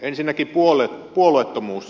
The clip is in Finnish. ensinnäkin puolueettomuus